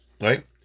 right